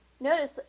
notice